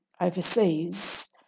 overseas